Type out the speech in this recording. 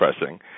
pressing